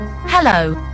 hello